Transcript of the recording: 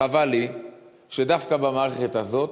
חבל לי שדווקא במערכת הזאת